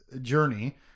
journey